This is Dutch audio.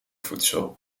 voedsel